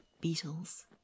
beetles